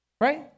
Right